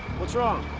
what's wrong?